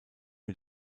mit